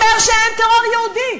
אומר שאין טרור יהודי.